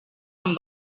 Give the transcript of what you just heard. amb